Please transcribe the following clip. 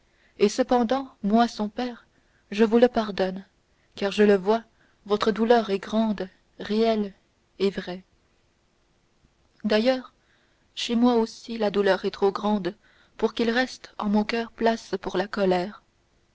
et cependant moi son père je vous le pardonne car je le vois votre douleur est grande réelle et vraie d'ailleurs chez moi aussi la douleur est trop grande pour qu'il reste en mon coeur place pour la colère